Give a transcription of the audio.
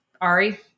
Ari